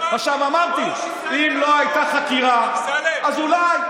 אבל לא שמעתי, אמרתי: אם לא הייתה חקירה, אז אולי.